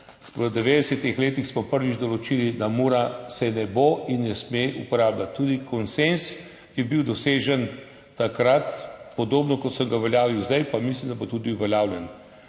v 90. letih prvič določili, da se Mura ne bo in ne sme uporabljati. Tudi konsenz je bil dosežen takrat, podobno kot sem ga uveljavil zdaj, pa mislim, da bo tudi uveljavljen.